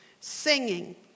singing